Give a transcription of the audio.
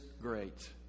great